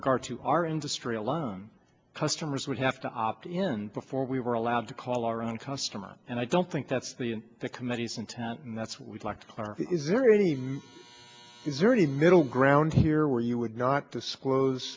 regard to our industry alone customers would have to opt in before we were allowed to call our own customers and i don't think that's the in the committee's intent and that's what we'd like to is there any new user any middle ground here where you would not disclose